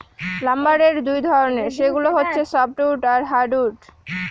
লাম্বারের দুই ধরনের, সেগুলা হচ্ছে সফ্টউড আর হার্ডউড